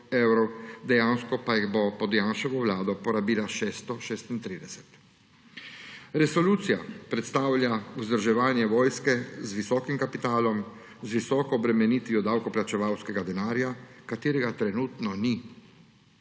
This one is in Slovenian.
dejansko pa jih bo pod Janševo vlado porabila še 136. Resolucija predstavlja vzdrževanje vojske z visokim kapitalom, z visoko obremenitvijo davkoplačevalskega denarja, katerega trenutno ni.